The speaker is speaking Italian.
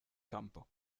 campo